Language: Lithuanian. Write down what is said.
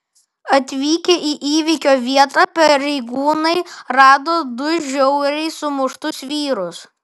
atvykę į įvykio vietą pareigūnai rado du žiauriai sumuštus vyrus